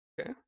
Okay